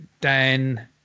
Dan